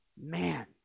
Man